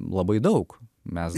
labai daug mes